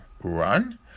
Run